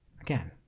Again